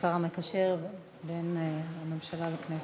השר המקשר בין הממשלה לכנסת.